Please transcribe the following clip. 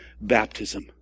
baptism